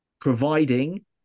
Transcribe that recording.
providing